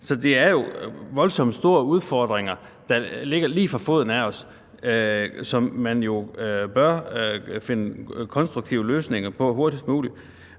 Så det er jo voldsomt store udfordringer, der ligger lige for foden af os. Man bør jo finde konstruktive løsninger på dem hurtigst muligt.